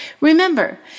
Remember